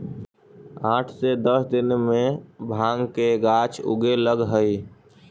आठ से दस दिन में भाँग के गाछ उगे लगऽ हइ